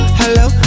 hello